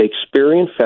Shakespearean